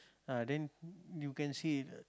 ah then you can see